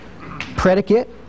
predicate